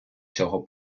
цього